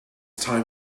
time